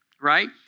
Right